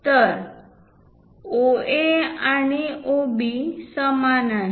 तर AO आणि OB समान आहेत